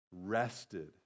rested